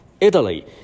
Italy